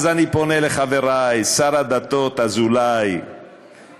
אז אני פונה לחברי השר לשירותי דת אזולאי ולגפני,